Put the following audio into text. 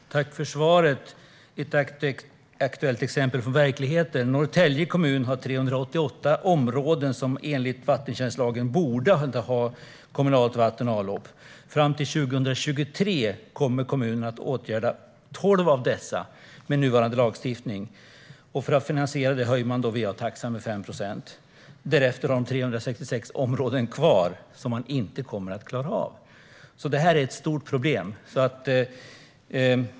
Herr talman! Tack för svaret. Jag har ett aktuellt exempel från verkligheten. Norrtälje kommun har 388 områden som enligt vattentjänstlagen borde ha kommunalt vatten och avlopp. Fram till 2023 kommer kommunen att åtgärda 12 av dessa med nuvarande lagstiftning. För att finansiera det höjer man va-taxan med 5 procent. Därefter har de 376 områden kvar som de inte kommer att klara av. Det är ett stort problem.